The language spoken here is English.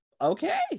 okay